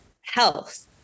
health